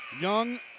Young